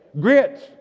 Grits